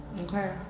Okay